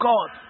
God